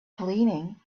cleaning